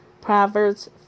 Proverbs